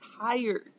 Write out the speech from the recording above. Tired